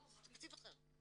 זה תקציב אחר.